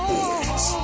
Boys